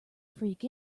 freak